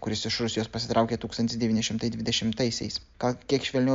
kuris iš rusijos pasitraukė tūkstantis devyni šimtai dvidešimtaisiais gal kiek švelniau